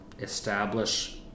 establish